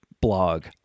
blog